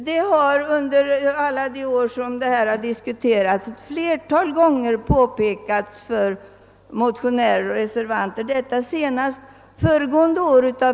Det ta påstående har under alla de år frågan diskuterats ett flertal gånger framförts till motionärer och reservanter, senast skedde det föregående år.